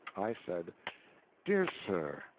i said dear sir,